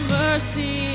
mercy